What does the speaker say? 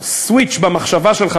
סוויץ' במחשבה שלך,